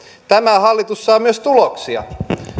tämä hallitus saa myös tuloksia